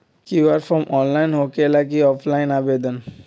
QR form online होकेला कि offline आवेदन?